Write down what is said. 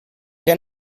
der